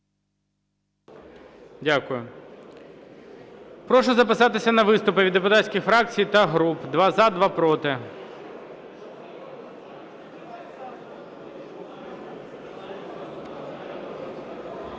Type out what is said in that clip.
Дякую. Прошу записатися на виступи від депутатських фракцій та груп: два – за, два – проти.